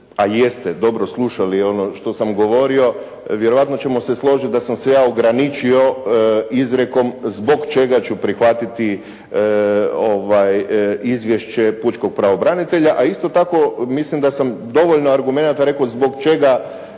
a jeste dobro slušali ono što sam govorio, vjerojatno ćemo se složiti da sam se ja ograničio izrekom zbog čega ću prihvatiti izvješće pučkog pravobranitelja, a isto tako mislim da sam dovoljno argumenata rekao zbog čega